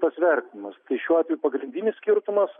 tas vertinimas tai šiuo atveju pagrindinis skirtumas